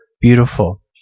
beautiful